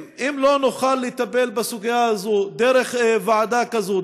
אם לא נוכל לטפל בסוגיה הזאת דרך ועדה כזאת,